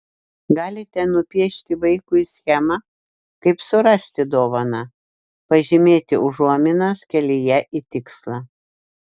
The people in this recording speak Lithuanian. galite nupiešti vaikui schemą kaip surasti dovaną pažymėti užuominas kelyje į tikslą